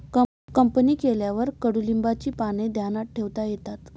company केल्यावर कडुलिंबाची पाने धान्यात ठेवता येतात